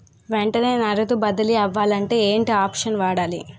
వెంటనే నగదు బదిలీ అవ్వాలంటే ఏంటి ఆప్షన్ వాడాలి?